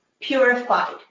purified